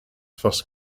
first